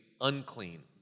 Unclean